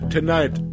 Tonight